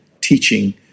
teaching